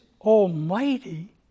Almighty